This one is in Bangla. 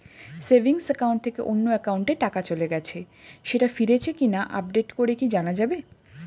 সেভিংস একাউন্ট থেকে অন্য একাউন্টে টাকা চলে গেছে সেটা ফিরেছে কিনা আপডেট করে কি জানা যাবে?